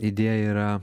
idėja yra